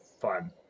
fun